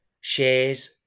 shares